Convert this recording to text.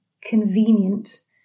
convenient